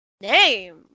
Name